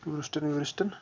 ٹوٗرِسٹَن ووٗرِسٹَن